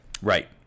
Right